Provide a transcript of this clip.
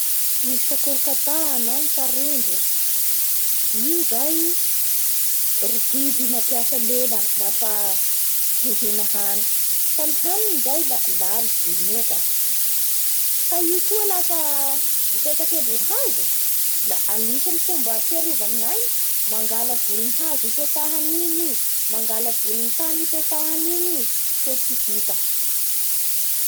Ny sakorkata na ny tarondro io zay ro biby mampiasa lela lafa hihina hany. Ka ny haniny zay la lalitsy, moka. Ka i koa afa mipetaky ambony hazo la anisany fomba hiarovany ny ainy mangala volon'ny hazo ipetahany igny, mangala volon'ny tany ipetahany igny i. Soa tsy hita.